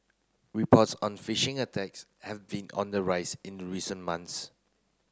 reports on phishing attacks have been on the rise in recent months